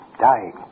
dying